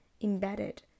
embedded